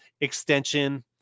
extension